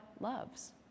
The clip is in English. loves